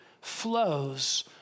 flows